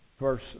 verse